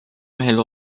mehel